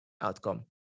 outcome